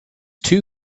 too